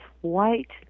white